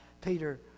Peter